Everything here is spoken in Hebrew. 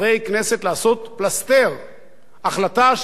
פלסתר החלטה של בית-הדין הגבוה לצדק.